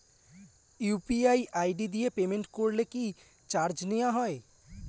UPI ID দিয়ে payment করলে কি চার্জ নেয়া হয়?